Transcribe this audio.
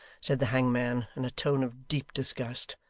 said the hangman, in a tone of deep disgust,